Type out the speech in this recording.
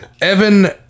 Evan